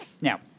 Now